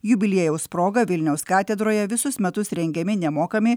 jubiliejaus proga vilniaus katedroje visus metus rengiami nemokami